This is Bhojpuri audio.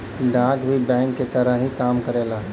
डाक भी बैंक के तरह ही काम करेला